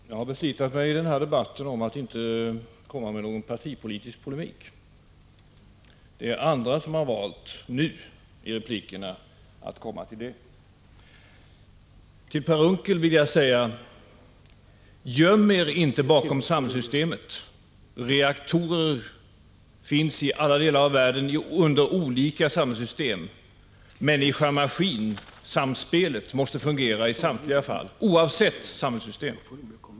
Herr talman! Jag har beflitat mig i den här debatten om att inte föra fram partipolitisk polemik. Andra har valt, nu i replikerna, att göra det. Till Per Unckel vill jag säga: Göm er inte bakom samhällssystemet. Reaktorer finns i olika delar av världen i länder med olika samhällssystem. Samspelet människa —maskin måste fungera i samtliga fall, oavsett samhällssystem.